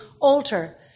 alter